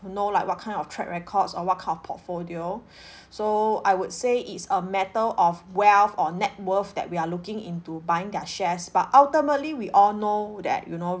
know like what kind of track records or what kind of portfolio so I would say it's a matter of wealth or net worth that we're looking into buying their shares but ultimately we all know that you know